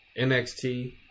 NXT